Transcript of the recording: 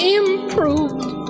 improved